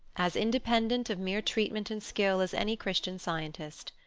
as independent of mere treatment and skill as any christian scientist.